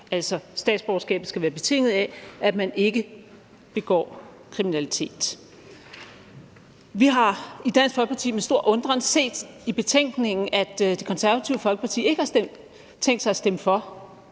statsborgerskabet skal være betinget af, at man ikke begår kriminalitet. Vi har i Dansk Folkeparti med stor undren set i betænkningen, at Det Konservative Folkeparti ikke har tænkt sig at stemme for,